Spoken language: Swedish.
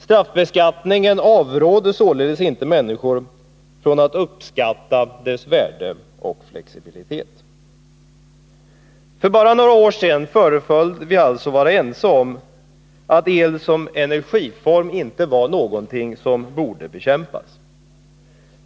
Straffbeskattningen avråder således inte människor från att uppskatta dess värde och flexibilitet. För bara några år sedan föreföll vi alltså vara ense om att el som energiform inte var någonting som borde bekämpas.